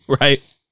right